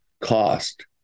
cost